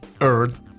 Earth